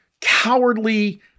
cowardly